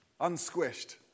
unsquished